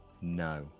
No